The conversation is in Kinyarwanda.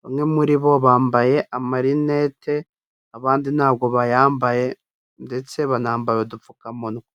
bamwe muri bo bambaye amarinete abandi ntabwo bayambaye ndetse banambaye udupfukamunwa.